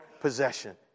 possession